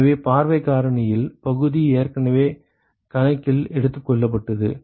எனவே பார்வைக் காரணியில் பகுதி ஏற்கனவே கணக்கில் எடுத்துக்கொள்ளப்பட்டது